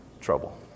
trouble